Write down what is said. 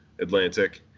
Atlantic